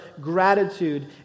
gratitude